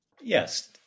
Yes